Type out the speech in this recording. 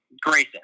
Grayson